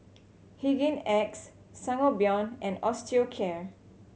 Hygin X Sangobion and Osteocare